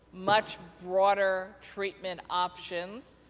much broader treatment options,